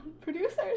producers